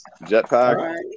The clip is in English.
Jetpack